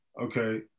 okay